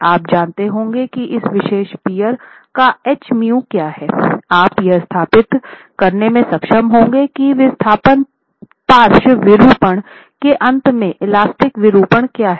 आप जानते होंगे कि इस विशेष पीअर का H uक्या है आप यह स्थापित करने में सक्षम होंगे की विस्थापन पार्श्व विरूपण के अंत में इलास्टिक विरूपण क्या है